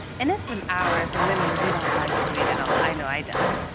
and it's been hours and women, we don't like to wait at all. i know i don't.